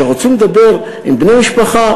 שרוצים לדבר עם בני משפחה,